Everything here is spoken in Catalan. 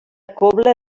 cobla